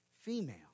Female